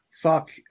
fuck